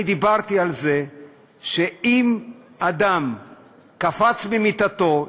אני דיברתי על זה שאם אדם קפץ ממיטתו,